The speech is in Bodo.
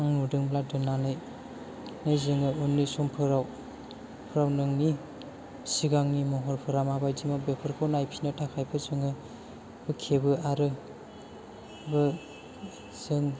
नुदोंब्ला दोननानै जोङो उननि समफोराव नोंनि सिगांनि महरफोरा माबायदिमोन बेफोरखौ नायफिननो थाखायबो जोङो खेबो आरो जों